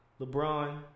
LeBron